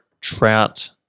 trout